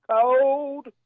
cold